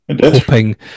hoping